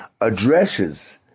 addresses